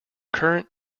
current